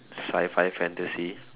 sci-fi fantasy